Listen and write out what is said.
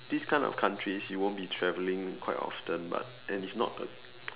these kind of countries you won't be traveling quite often but and it's not a